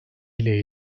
ile